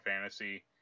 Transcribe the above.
Fantasy